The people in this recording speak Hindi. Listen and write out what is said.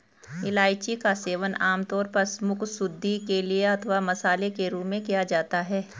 इलायची का सेवन आमतौर पर मुखशुद्धि के लिए अथवा मसाले के रूप में किया जाता है